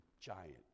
giant